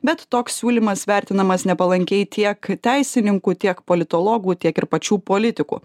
bet toks siūlymas vertinamas nepalankiai tiek teisininkų tiek politologų tiek ir pačių politikų